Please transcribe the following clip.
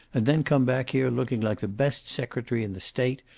and then come back here looking like the best secretary in the state,